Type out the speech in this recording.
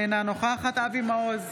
אינה נוכחת אבי מעוז,